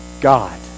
God